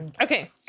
Okay